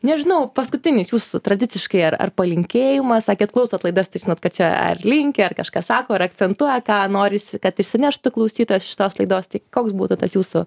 nežinau paskutinis jūsų tradiciškai ar ar palinkėjimas sakėt klausot laidas tai žinot kad čia ar linki ar kažką sako ar akcentuoja ką norisi kad išsineštų klausytojas iš šitos laidos tai koks būtų tas jūsų